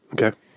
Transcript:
Okay